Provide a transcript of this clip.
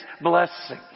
blessing